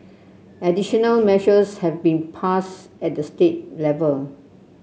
additional measures have been passed at the state level